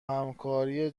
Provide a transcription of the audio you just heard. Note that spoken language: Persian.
همکاری